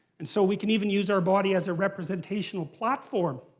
and so we can even use our body as a representational platform.